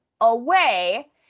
away